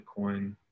Bitcoin